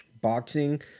Boxing